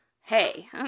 hey